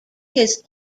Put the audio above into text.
his